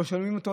לא שומעים אותו.